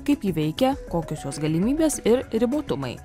kaip ji veikia kokios jos galimybės ir ribotumai